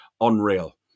unreal